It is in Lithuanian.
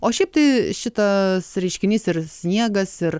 o šiaip tai šitas reiškinys ir sniegas ir